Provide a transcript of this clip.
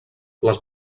les